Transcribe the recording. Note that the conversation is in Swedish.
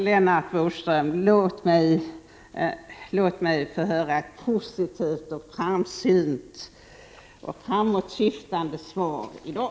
Lennart Bodström, låt mig få höra ett positivt, framsynt och framåtsyftande svar i dag.